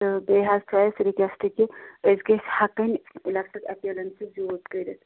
تہٕ بیٚیہِ حظ چھِ اَسہِ رِکویٚسٹ کہِ أسۍ گٔژھۍ ہیٚکٕنۍ نیٚصب ایٚپلاینسِس یوٗز کٔرِتھ